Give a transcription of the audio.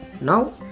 Now